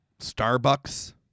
Starbucks